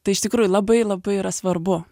tai iš tikrųjų labai labai yra svarbu